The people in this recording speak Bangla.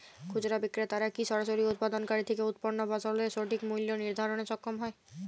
খুচরা বিক্রেতারা কী সরাসরি উৎপাদনকারী থেকে উৎপন্ন ফসলের সঠিক মূল্য নির্ধারণে সক্ষম হয়?